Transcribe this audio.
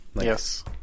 Yes